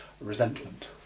Resentment